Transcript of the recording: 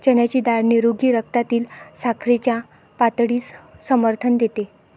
चण्याची डाळ निरोगी रक्तातील साखरेच्या पातळीस समर्थन देते